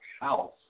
house